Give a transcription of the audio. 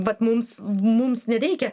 vat mums mums nereikia